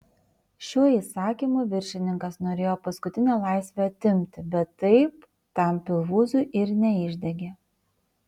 šiuo įsakymu viršininkas norėjo paskutinę laisvę atimti bet taip tam pilvūzui ir neišdegė